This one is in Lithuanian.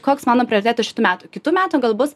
koks mano prioritetas šitų metų kitų metų gal bus